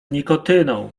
nikotyną